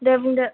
दे बुंदो